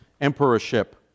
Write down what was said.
emperorship